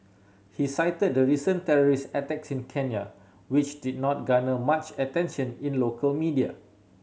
he cited the recent terrorist attack in Kenya which did not garner much attention in local media